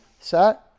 Set